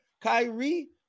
Kyrie